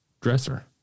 dresser